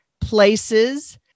places